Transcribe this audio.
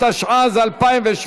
התשע"ז 2017,